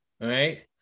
right